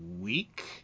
week